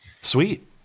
sweet